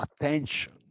attention